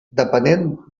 depenent